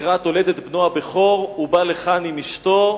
לקראת הולדת בנו הבכור הוא בא לכאן עם אשתו,